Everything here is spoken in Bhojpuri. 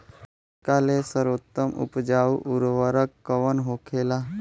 सबका ले सर्वोत्तम उपजाऊ उर्वरक कवन होखेला?